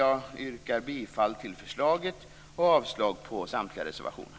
Jag yrkar bifall till förslaget och avslag på samtliga reservationer.